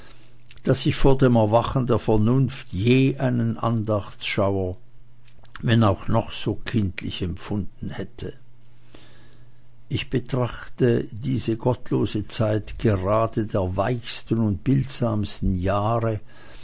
daß ich vor dem erwachen der vernunft je einen andachtschauer wenn auch noch so kindlich empfunden hätte ich betrachte diese halb gottlose zeit gerade der weichsten und bildsamsten jahre